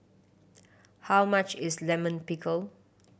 how much is Lime Pickle